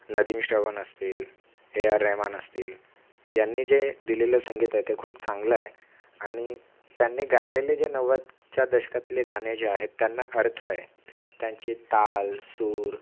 नदीम श्रवण असतील ए आर रेहमान असतील यांनी जे दिलेलं संगीत आहे ते खूप चांगलं आहे आणि त्यांनी गायलेले जे नव्वदच्या दशकातले गाणे जे आहेत त्यांना अर्थ आहे त्यांचे ताल सूर